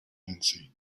lindsay